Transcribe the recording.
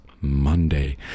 Monday